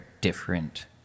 different